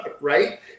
right